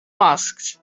masks